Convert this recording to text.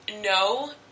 no